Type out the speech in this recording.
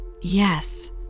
Yes